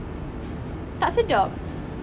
tak sedap